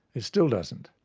it still doesn't.